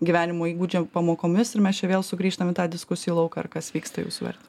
gyvenimo įgūdžių pamokomis ir mes čia vėl sugrįžtam į tą diskusijų lauką ar kas vyksta jūsų vertinimu